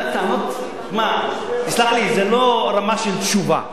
תסלח לי, זו לא רמה של תשובה.